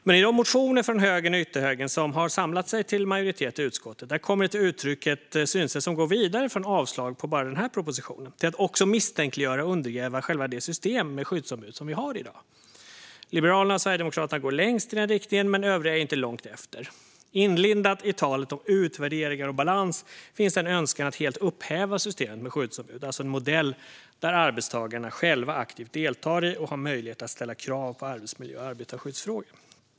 Men i de motioner från högern och ytterhögern som har samlat en majoritet i utskottet kommer ett synsätt till uttryck som går vidare från bara avslag på propositionen till att också misstänkliggöra och undergräva själva det system med skyddsombud som vi har i dag. Liberalerna och Sverigedemokraterna går längst i den riktningen, men övriga är inte långt efter. Inlindat i talet om utvärderingar och balans finns det en önskan att helt upphäva systemet med skyddsombud, alltså en modell där arbetstagarna själva aktivt deltar och där de har möjlighet att ställa krav när det gäller arbetsmiljö och arbetarskyddsfrågor.